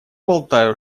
болтаю